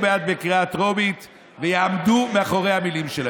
בעד בקריאה טרומית ויעמדו מאחורי המילים שלהם.